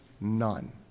none